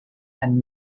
and